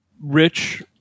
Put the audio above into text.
Rich